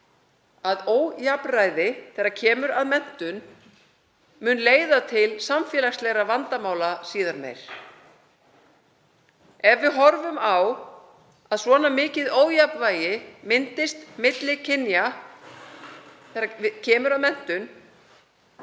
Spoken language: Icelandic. að ójafnræði þegar kemur að menntun mun leiða til samfélagslegra vandamála síðar meir. Ef við horfum á að svona mikið ójafnvægi myndist milli kynja þegar kemur að menntun